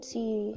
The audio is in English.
See